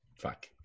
Fuck